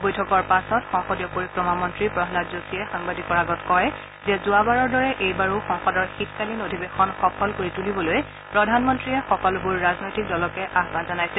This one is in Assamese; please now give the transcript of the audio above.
বৈঠকৰ পাছত সংসদীয় পৰিক্ৰমা মন্ত্ৰী প্ৰহ্মাদ যোশীয়ে সাংবাদিকৰ আগত কয় যে যোৱাবাৰৰ দৰে এইবাৰো সংসদৰ শীতকালীন অধিৱেশন সফল কৰি তুলিবলৈ প্ৰধানমন্ত্ৰীয়ে সকলোবোৰ ৰাজনৈতিক দলকে আহ্বান জনাইছে